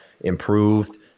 improved